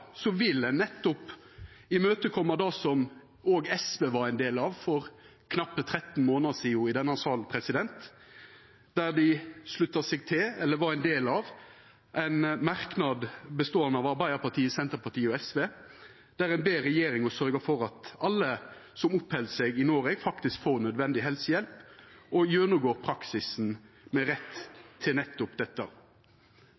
vil ein nettopp imøtekoma det som òg SV var ein del av for knappe 13 månader sidan i denne salen, der dei slutta seg til eller var ein del av ein merknad beståande av Arbeidarpartiet, Senterpartiet og SV, der ein ber regjeringa sørgja for at alle som oppheld seg i Noreg, faktisk får nødvendig helsehjelp, og gjennomgå praksisen med rett